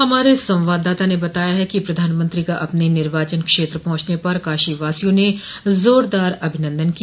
हमारे संवाददाता ने बताया है कि प्रधानमंत्री का अपने निर्वाचन क्षेत्र पहुंचने पर काशीवासियों ने जोरदार अभिनन्दन किया